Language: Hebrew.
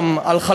אני לא אומר "יש